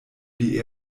die